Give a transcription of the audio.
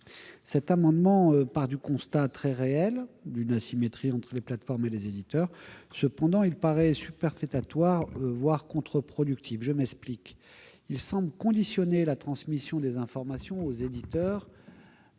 Cet amendement part du constat, très réel, d'une asymétrie entre les plateformes et les éditeurs. Cependant, il paraît superfétatoire, voire contre-productif. En effet, il semble conditionner la transmission des informations aux éditeurs